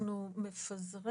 מכיוון